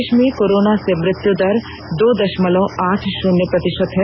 देश में कोरोना से मृत्यु दर दो दशमलव आठ शून्य प्रतिशत है